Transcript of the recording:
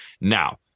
now